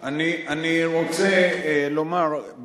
אני רוצה לומר,